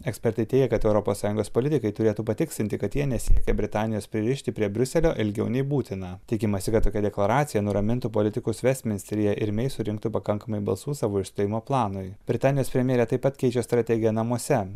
ekspertai teigia kad europos sąjungos politikai turėtų patikslinti kad jie nesiekia britanijos pririšti prie briuselio ilgiau nei būtina tikimasi kad tokia deklaracija nuramintų politikus vestminsteryje ir mei surinktų pakankamai balsų savo išstojimo planui britanijos premjerė taip pat keičia strategiją namuose